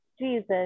Jesus